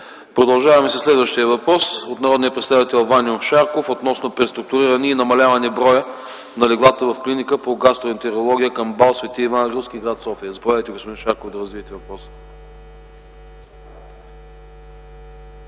Продължаваме със следващия въпрос от народния представител Ваньо Шарков относно преструктуриране и намаляване броя на леглата в Клиника по гастроентерология към МБАЛ „Св. Иван Рилски”, гр. София. Господин Шарков, заповядайте да развиете въпроса.